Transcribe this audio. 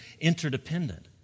interdependent